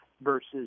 versus